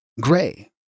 Gray